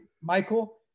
Michael